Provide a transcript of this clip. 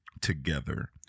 together